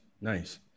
nice